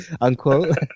unquote